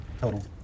Total